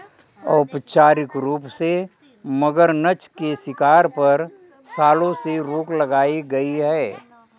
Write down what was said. औपचारिक रूप से, मगरनछ के शिकार पर, सालों से रोक लगाई गई है